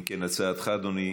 אם כן, הצעתך, אדוני,